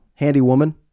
handywoman